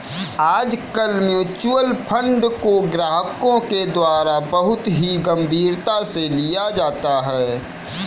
आजकल mutual fund को ग्राहकों के द्वारा बहुत ही गम्भीरता से लिया जाता है